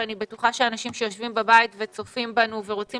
ואני בטוחה שאנשים שיושבים בבית וצופים בנו ורוצים